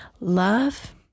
Love